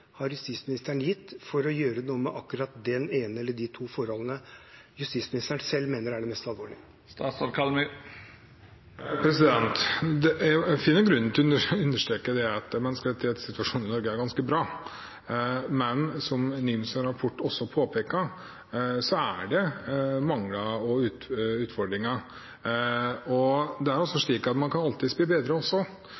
har justisministeren gitt for å gjøre noe med akkurat det ene eller de to forholdene justisministeren selv mener er de mest alvorlige? Jeg finner grunn til å understreke at menneskerettighetssituasjonen i Norge er ganske bra. Men som NIMs rapport også påpeker, er det mangler og utfordringer. Man kan alltid bli bedre, og dette er ikke et statisk rettsområde. Dette er et dynamisk rettsområde, slik at man også